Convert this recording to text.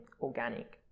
organic